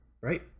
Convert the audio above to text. right